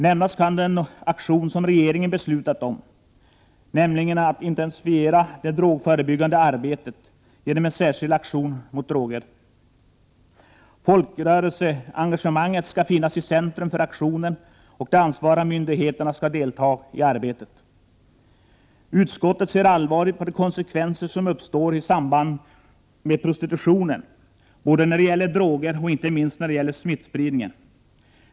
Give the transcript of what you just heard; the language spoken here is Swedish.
Nämnas kan den aktion som regeringen beslutat om, nämligen att intensifiera det drogförebyggande arbetet genom en särskild aktion mot droger. Folkrörelseengagemanget skall finnas i centrum för aktionen, och de ansvariga myndigheterna skall delta i arbetet. Utskottet ser allvarligt på de konsekvenser som prostitutionen får, både beträffande droger och inte minst smittspridning.